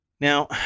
Now